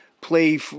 play